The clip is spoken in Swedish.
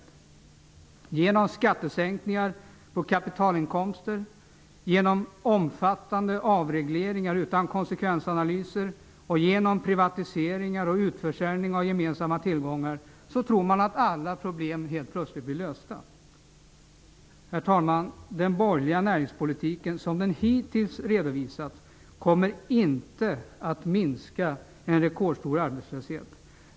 Man tror att med hjälp av skattesänkningar på kapitalinkomster, omfattande avregleringar utan konsekvensanalyser och privatisering och utförsäljning av gemensamma tillgångar, skall alla problem bli lösta. Herr talman! Den borgerliga näringspolitiken, som den hittills har redovisats, kommer inte att minska en rekordstor arbetslöshet.